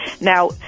Now